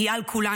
היא על כולנו,